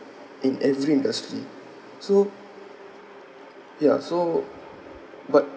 in every industry so ya so but